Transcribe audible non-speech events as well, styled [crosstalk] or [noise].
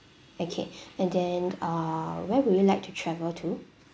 okay [breath] and then uh where would you like to travel to